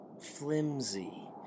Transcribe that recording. flimsy